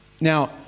Now